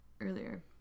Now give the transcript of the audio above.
earlier